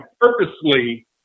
purposely